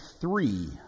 three